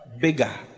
bigger